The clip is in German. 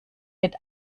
mit